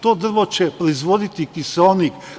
To drvo će proizvoditi kiseonik.